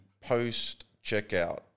post-checkout